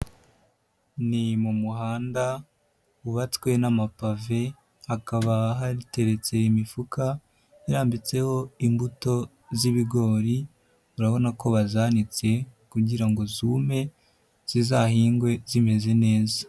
Ni mu muhanda wubatswe n'amapave hakaba hateretse imifuka irambitseho imbuto z'ibigori urabona ko bazanitse kugira ngo zume zizahingwe zimeze neza.